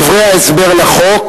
בדברי ההסבר לחוק,